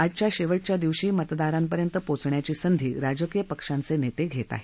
आजच्या शेवटच्या दिवशी मतदारांपर्यंत पोचण्याची संधी राजकीय पक्षांचे नेते घेत आहेत